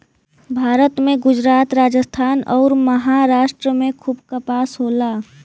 भारत में गुजरात, राजस्थान अउर, महाराष्ट्र में खूब कपास होला